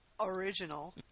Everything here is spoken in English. original